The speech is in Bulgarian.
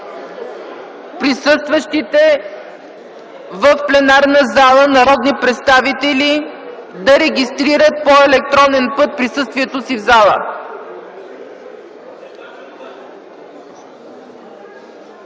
присъстващите в пленарната зала народни представители да регистрират по електронен път присъствието си в залата.